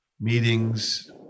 meetings